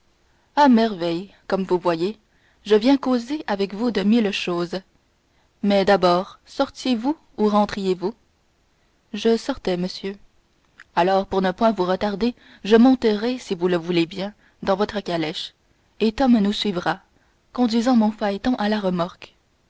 à merveille comme vous voyez je viens causer avec vous de mille choses mais d'abord sortiez vous ou rentriez vous je sortais monsieur alors pour ne point vous retarder je monterai si vous le voulez bien dans votre calèche et tom nous suivra conduisant mon phaéton à la remorque